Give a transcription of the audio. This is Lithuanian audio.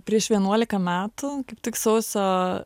prieš vienuolika metų kaip tik sausio